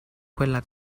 quella